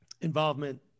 involvement